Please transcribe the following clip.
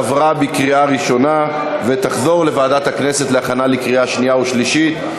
עברה בקריאה ראשונה ותחזור לוועדת הכנסת להכנה לקריאה שנייה ושלישית.